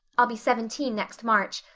i'll be seventeen next march.